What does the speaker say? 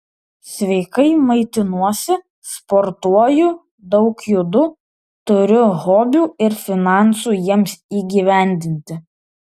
sveikai maitinuosi sportuoju daug judu turiu hobių ir finansų jiems įgyvendinti